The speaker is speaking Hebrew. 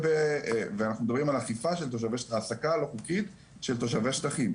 ואנחנו מדברים על אכיפה של העסקה לא חוקית של תושבי השטחים,